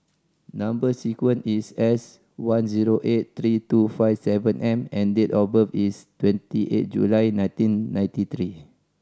number sequence is S one zero eight three two five seven M and date of birth is twenty eight July nineteen ninety three